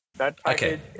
Okay